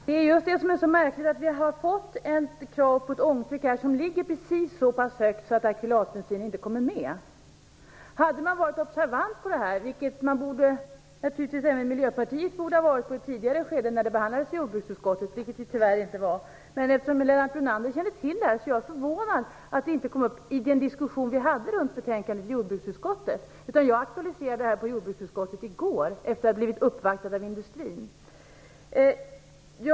Herr talman! Det märkliga är just att vi har fått krav på ett ångtryck som ligger precis så högt att akrylatbensin inte kommer med. Man borde ha varit observant på detta i ett tidigare skede, när frågan behandlades i jordbruksutskottet. Även vi i Miljöpartiet borde naturligtvis ha varit observanta, vilket vi tyvärr inte var. Eftersom Lennart Brunander kände till förhållandena är jag förvånad över att frågan inte togs upp i den diskussion vi hade runt betänkandet i jordbruksutskottet. Jag aktualiserade frågan i jordbruksutskottet i går efter att ha blivit uppvaktad av industrin.